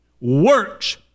works